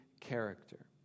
character